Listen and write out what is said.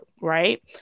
right